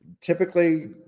typically